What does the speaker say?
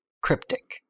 cryptic